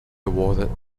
awarded